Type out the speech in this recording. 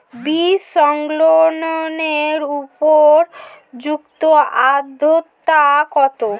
বীজ সংরক্ষণের উপযুক্ত আদ্রতা কত?